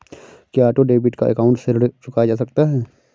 क्या auto debit account से ऋण चुकाया जा सकता है?